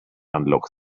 unlock